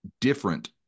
different